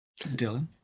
Dylan